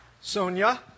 Sonia